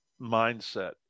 mindset